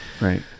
Right